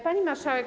Pani Marszałek!